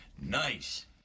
Nice